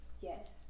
Yes